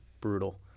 brutal